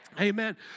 Amen